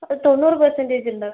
അത് തൊണ്ണൂറ് പെർസെൻറ്റേജ് ഉണ്ട്